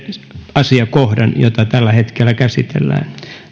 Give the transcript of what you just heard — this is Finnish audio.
asiakohdan jota tällä hetkellä käsitellään